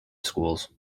schools